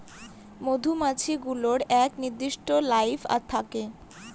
মধুমাছি গুলোর এক নির্দিষ্ট লাইফ থাকে